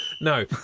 no